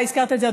אתה הזכרת את זה,